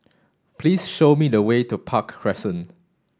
please show me the way to Park Crescent